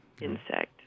insect